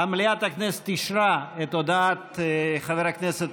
מליאת הכנסת אישרה את הודעת חבר הכנסת